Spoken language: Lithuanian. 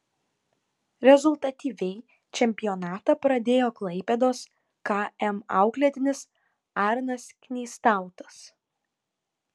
rezultatyviai čempionatą pradėjo klaipėdos km auklėtinis arnas knystautas